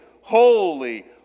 holy